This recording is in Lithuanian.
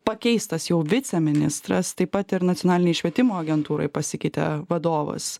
pakeistas jau viceministras taip pat ir nacionalinėj švietimo agentūroj pasikeitė vadovas